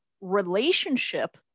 relationship